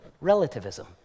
relativism